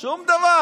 שום דבר.